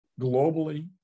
globally